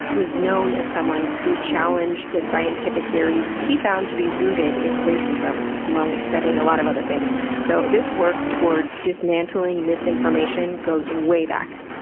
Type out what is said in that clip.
was known as someone who challenged the scientific theories he found to be rooted in racism, among studying a lot of other things. so, this work toward dismantling misinformation goes way back.